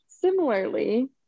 similarly